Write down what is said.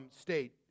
State